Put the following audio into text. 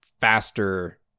faster